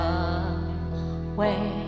away